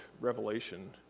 Revelation